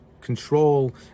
control